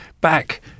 back